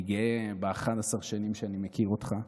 אני גאה ב-11 השנים שאני מכיר אותך.